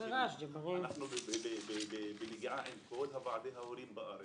אנחנו בנגיעה עם כל ועדי ההורים בארץ.